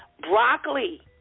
Broccoli